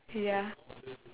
ya